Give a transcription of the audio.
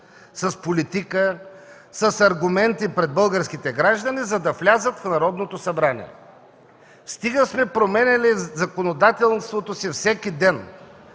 с политика, с аргументи пред българските граждани, за да влязат в Народното събрание. Стига сме променяли законодателството си всеки ден!